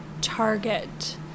target